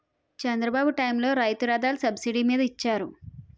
చంద్రబాబు టైములో రైతు రథాలు సబ్సిడీ మీద ఇచ్చారు